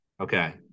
Okay